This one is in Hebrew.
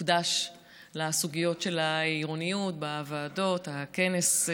שהוקדש לסוגיות של העירוניות בוועדות, והכנס.